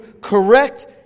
correct